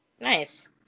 nice